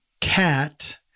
cat